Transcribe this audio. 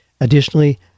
Additionally